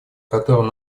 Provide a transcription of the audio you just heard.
которым